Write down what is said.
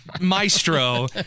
maestro